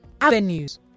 avenues